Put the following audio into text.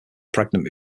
pregnant